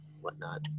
whatnot